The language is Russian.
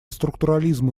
структурализму